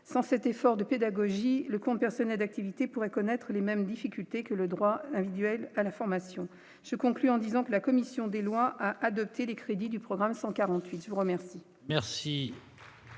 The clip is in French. sans cet effort de pédagogie, le compte personnel d'activité pourraient connaître les mêmes difficultés que le droit un visuel à la formation, je conclus en disant que la commission des lois a adopté les crédits du programme 148 je vous remercie.